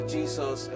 Jesus